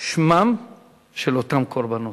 שמם של אותם קורבנות,